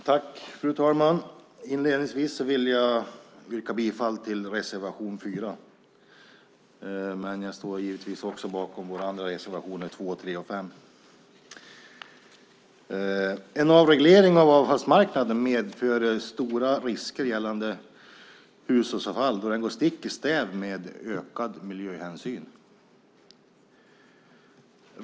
Fru talman! Inledningsvis yrkar jag bifall till reservation 4. Jag står givetvis också bakom våra andra reservationer - 2, 3 och 5. En avreglering av avfallsmarknaden medför stora risker gällande hushållsavfall då den går stick i stäv med ökad miljöhänsyn.